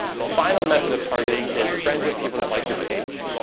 the final method of targeting is friends of people that like your page.